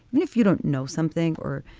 and if you don't know something or,